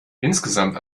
insgesamt